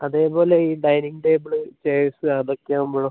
അതേപോലെ ഈ dining table chairs അതൊക്കെയാവുമ്പോഴോ